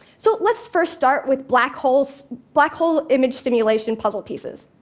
so let's first start with black hole black hole image simulation puzzle pieces.